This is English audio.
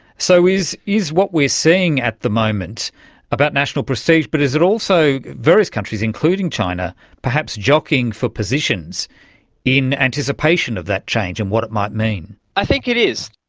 so is is what we are seeing at the moment about national prestige, but is it also various countries including china perhaps jockeying for positions in anticipation of that change and what it might mean? i think it is.